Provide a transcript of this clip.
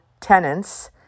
tenants